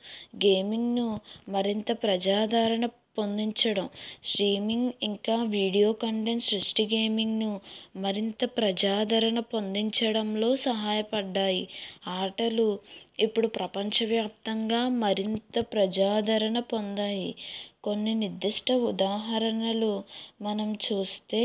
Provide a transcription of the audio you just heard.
gaming ను మరింత ప్రజాదారణ పొందించడం స్ట్రీమింగ్ ఇంకా వీడియో కంటెంట్స్ సృష్టి గేమింగ్ ను మరింత ప్రజాదరణ పొందించడంలో సహాయపడ్డాయి ఆటలు ఇప్పుడు ప్రపంచవ్యాప్తంగా మరింత ప్రజాదరణ పొందాయి కొన్ని నిర్దిష్ట ఉదాహరణలు మనం చూస్తే